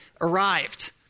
arrived